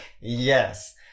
Yes